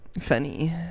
Funny